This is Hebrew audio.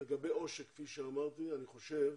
לגבי עושק,